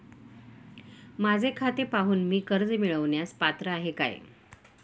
माझे खाते पाहून मी कर्ज मिळवण्यास पात्र आहे काय?